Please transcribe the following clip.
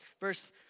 Verse